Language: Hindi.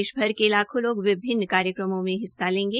देशभर के लाखों लोग विभिन्न कार्यक्रमों मे हिस्सा लेंगे